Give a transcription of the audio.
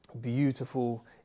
beautiful